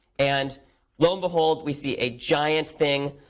and lo and behold, we see a giant thing.